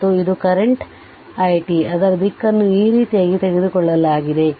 ಮತ್ತು ಇದು ಕರೆಂಟ್ itಅದರ ದಿಕ್ಕನ್ನು ಈ ರೀತಿಯಾಗಿ ತೆಗೆದುಕೊಳ್ಳಲಾಗಿದೆ